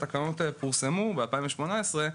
כפי שהתקנות פורסמו ב-2018,